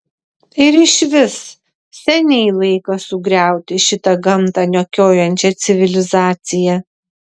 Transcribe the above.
ir išvis seniai laikas sugriauti šitą gamtą niokojančią civilizaciją